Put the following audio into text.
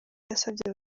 yasabye